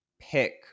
pick